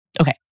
Okay